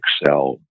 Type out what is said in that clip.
excel